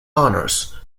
honors